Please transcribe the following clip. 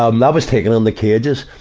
um that was taken in the cages.